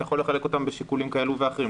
אתה יכול לחלק אותם בשיקולים כאלו ואחרים.